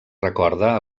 recorda